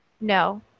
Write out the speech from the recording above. No